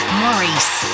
maurice